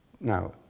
now